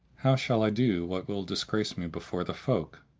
how shall i do what will disgrace me before the folk?